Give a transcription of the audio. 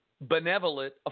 benevolent